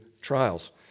trials